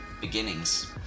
beginnings